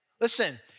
Listen